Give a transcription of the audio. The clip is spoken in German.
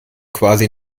quasi